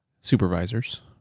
supervisors